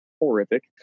horrific